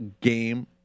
game